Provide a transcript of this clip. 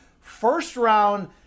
first-round